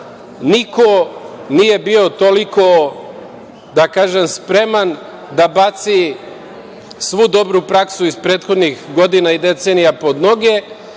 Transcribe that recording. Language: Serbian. Niko nije bio toliko, da kažem, spreman da baci svu dobru praksu iz prethodnih godina i decenija pod noge